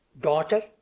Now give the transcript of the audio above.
Daughter